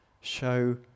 show